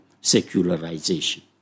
secularization